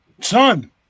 Son